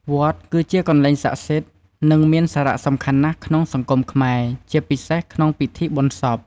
វត្តគឺជាកន្លែងស័ក្ដិសិទ្ធិ និងមានសារៈសំខាន់ណាស់ក្នុងសង្គមខ្មែរ ជាពិសេសក្នុងពិធីបុណ្យសព។